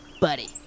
buddy